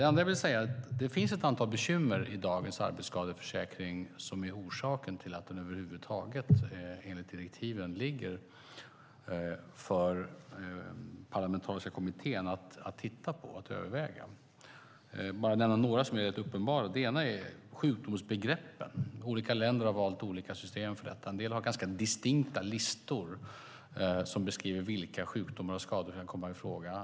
Det andra jag vill säga är att det finns ett antal bekymmer i dagens arbetsskadeförsäkring som är orsaken till att den parlamentariska kommittén, enligt direktiven, ska titta på den och göra överväganden. Jag ska bara nämna några som är rätt uppenbara. En sak gäller sjukdomsbegreppen. Olika länder har valt olika system för detta. En del har ganska distinkta listor som beskriver vilka sjukdomar och skador som kan komma i fråga.